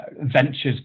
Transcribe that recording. ventures